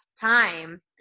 time